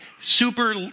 super